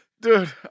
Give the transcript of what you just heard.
dude